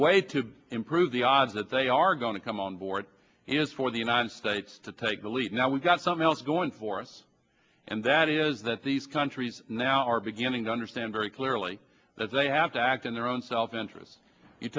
way to improve the odds that they are going to come on board is for the united states to take the lead now we've got something else going for us and that is that these countries now are beginning to understand very clearly that they have to act in their own self interest you